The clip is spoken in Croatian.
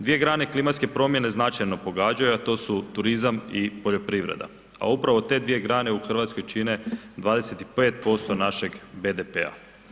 Dvije grane klimatske promjene značajno pogađaju, a to su turizam i poljoprivreda, a upravo te dvije grane u Hrvatskoj čine 25% našeg BDP-a.